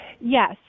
Yes